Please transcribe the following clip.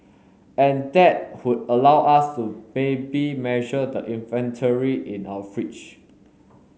and that would allow us to maybe measure the inventory in our fridge